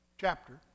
chapter